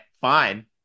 fine